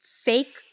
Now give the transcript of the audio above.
fake